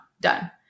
done